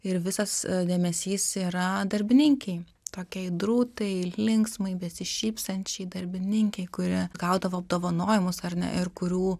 ir visas dėmesys yra darbininkei tokiai drūtai linksmai besišypsančiai darbininkei kuri gaudavo apdovanojimus ar ne ir kurių